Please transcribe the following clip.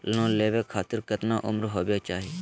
Loan लेवे खातिर केतना उम्र होवे चाही?